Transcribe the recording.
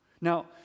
Now